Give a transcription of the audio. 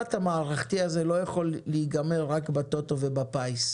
והמבט המערכתי הזה לא יכול להיגמר רק בטוטו ובפיס.